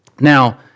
Now